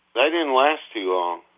they didn't last too long,